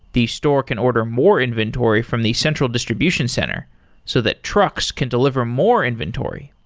the store can order more inventory from the central distribution center so that trucks can deliver more inventory.